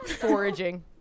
foraging